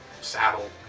saddle